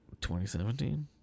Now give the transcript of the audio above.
2017